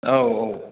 औ